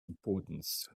importance